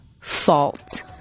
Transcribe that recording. fault